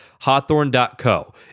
Hawthorne.co